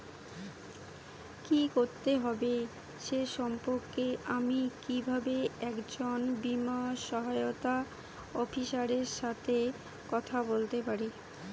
কী করতে হবে সে সম্পর্কে আমি কীভাবে একজন বীমা সহায়তা অফিসারের সাথে কথা বলতে পারি?